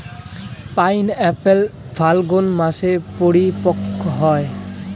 pineapple ফাল্গুন মাসে পরিপক্ব হয়